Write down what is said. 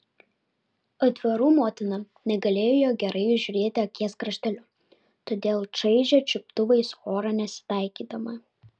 aitvarų motina negalėjo jo gerai įžiūrėti akies krašteliu todėl čaižė čiuptuvais orą nesitaikydama